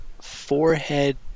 forehead